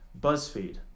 Buzzfeed